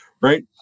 right